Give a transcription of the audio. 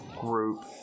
group